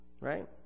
Right